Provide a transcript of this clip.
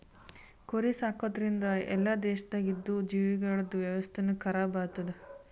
ಕುರಿ ಸಾಕದ್ರಿಂದ್ ಎಲ್ಲಾ ದೇಶದಾಗ್ ಇದ್ದಿವು ಜೀವಿಗೊಳ್ದ ವ್ಯವಸ್ಥೆನು ಖರಾಬ್ ಆತ್ತುದ್